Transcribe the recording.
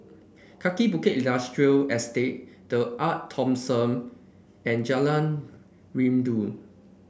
Kaki Bukit Industrial Estate The Arte Thomson and Jalan Rindu